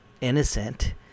innocent